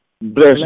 Bless